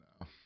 No